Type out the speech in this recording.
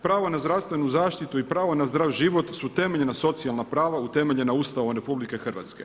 Pravo na zdravstvenu zaštitu i pravo na zdrav život su temeljna socijalna prava utemeljena Ustavom RH.